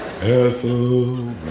Ethel